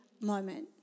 moment